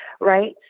Right